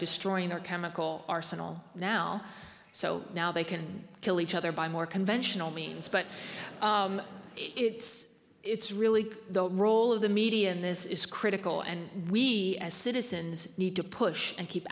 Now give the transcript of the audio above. destroying our chemical arsenal now so now they can kill each other by more conventional means but it's it's really the role of the media in this is critical and we as citizens need to push and keep